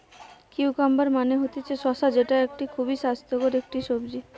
cucumber মানে হতিছে শসা যেটা খুবই স্বাস্থ্যকর একটি সবজি